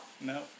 No